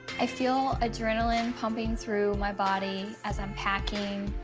i feel adrenaline pumping through my body as i'm packing.